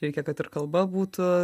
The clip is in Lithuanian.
reikia kad ir kalba būtų